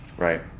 Right